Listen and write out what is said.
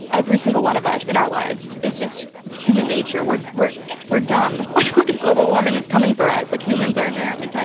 every single one of us in our lives. it's just human nature, we're we're we're dumb. like look at global warming is coming for us, like humans are inherently,